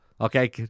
Okay